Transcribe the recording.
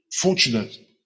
fortunate